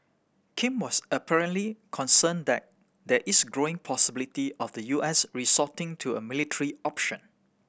Kim was apparently concerned that there is growing possibility of the U S resorting to a military option